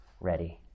ready